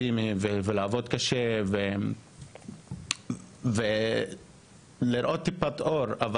אופטימיות ולעבוד קשה ולחפש טיפה של אור.